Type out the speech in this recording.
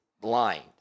blind